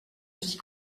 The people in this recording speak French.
aussi